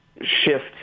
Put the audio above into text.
shift